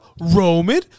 Roman